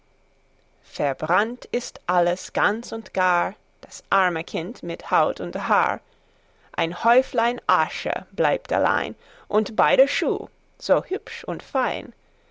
verbrannt ist alles ganz und gar das arme kind mit haut und haar ein häuflein asche bleibt allein und beide schuh so hübsch und fein